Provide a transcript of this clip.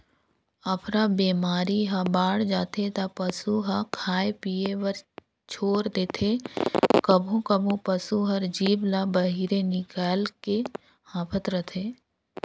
अफरा बेमारी ह बाड़ जाथे त पसू ह खाए पिए बर छोर देथे, कभों कभों पसू हर जीभ ल बहिरे निकायल के हांफत रथे